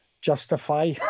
Justify